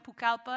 Pucalpa